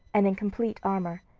and in complete armor.